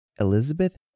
Elizabeth